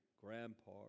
grandpa